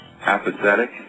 apathetic